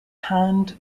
hand